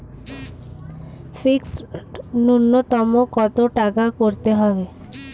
Fixed নুন্যতম কত টাকা করতে হবে?